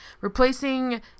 Replacing